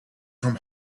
from